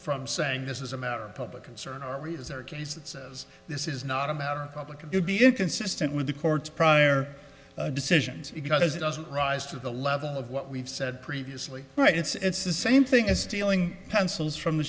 from saying this is a matter of public concern or is there a case that says this is not a matter of public and it be inconsistent with the court's prior decisions because it doesn't rise to the level of what we've said previously right it's the same thing as stealing pencils from the